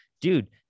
dude